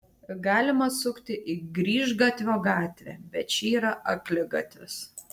galima sukti į grįžgatvio gatvę bet ši yra akligatvis